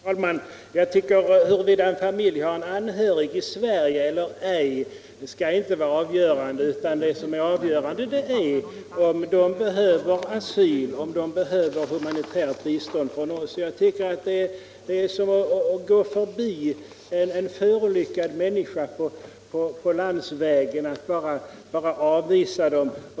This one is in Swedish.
Herr talman! Jag tycker inte att frågan huruvida en flykting har en anhörig i Sverige eller inte skall vara avgörande, utan det skall vara om de behöver asyl eller humanitärt bistånd från oss. Detta är som att gå förbi förolyckade människor på landsvägen och bara avvisa dem.